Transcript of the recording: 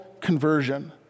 conversion